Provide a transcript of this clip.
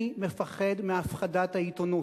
אני פוחד מהפחדת העיתונות,